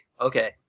okay